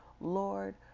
Lord